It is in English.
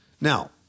Now